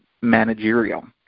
managerial